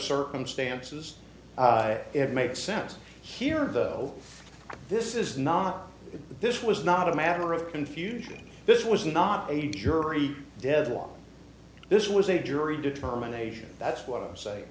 circumstances it makes sense here though this is not this was not a matter of confusion this was not a jury deadlock this was a jury determination that's what i say